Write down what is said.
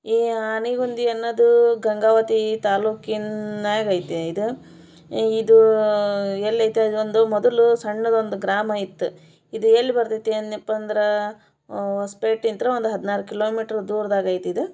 ಈ ಆನೆಗುಂದಿ ಅನ್ನದು ಗಂಗಾವತಿ ತಾಲೂಕಿನ್ನಾಗೆ ಐತೆ ಇದು ಇದು ಎಲ್ಲಿ ಐತೆ ಇದೊಂದು ಮೊದಲು ಸಣ್ದು ಒಂದು ಗ್ರಾಮ ಇತ್ತು ಇದು ಎಲ್ಲಿ ಬರ್ತೈತೆ ಅಂದನಪ್ಪ ಅಂದ್ರೆ ಹೊಸ್ಪೇಟ್ ಇಂದ ಒಂದು ಹದಿನಾರು ಕಿಲೋಮೀಟ್ರ್ ದೂರ್ದಾಗೆ ಐತೆ ಇದು